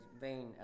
vain